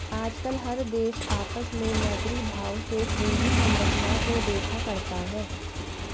आजकल हर देश आपस में मैत्री भाव से पूंजी संरचना को देखा करता है